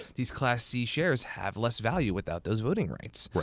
these class c shares have less value without those voting rights.